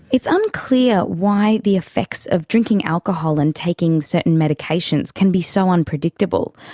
it's unclear why the effects of drinking alcohol and taking certain medications can be so unpredictable,